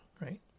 right